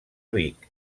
vic